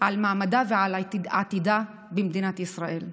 על מעמדה ועל עתידה במדינת ישראל.